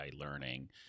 learning